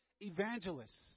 evangelists